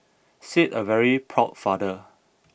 said a very proud father